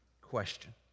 question